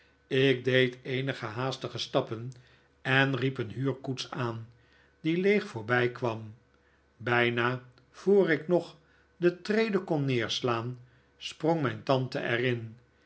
ik deed eenige haastige stappen en riep een huurkoets aan die leeg voorbijkwam bijna voor ik nog de trede kon neerslaan sprong mijn tante er